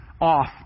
off